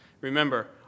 Remember